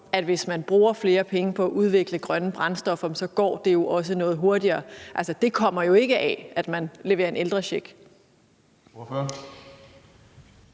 at hvis man bruger flere penge på at udvikle grønne brændstoffer, så går det også noget hurtigere. Det kommer jo ikke af, at man leverer en ældrecheck.